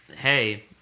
hey